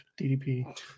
DDP